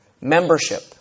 membership